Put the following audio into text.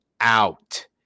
out